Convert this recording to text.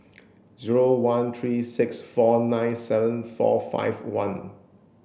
zero one three six four nine seven four five one